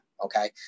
Okay